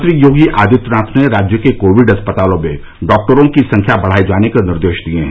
मुख्यमंत्री योगी आदित्यनाथ ने राज्य के कोविड अस्पतालों में डाक्टरों की संख्या बढ़ाए जाने के निर्देश दिए हैं